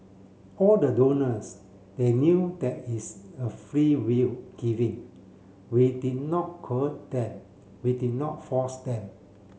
all the donors they knew that it's a freewill giving we did not them we did not force them